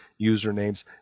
usernames